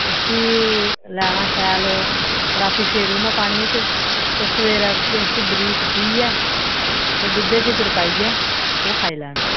उस्सी लैना शैल रातीं सेड़ी ओड़ना पानियै च ते सवेरे उट्ठियै उस्सी बरीक पीहियै ते दुद्धै च गड़काइयै ओह् खाई लैना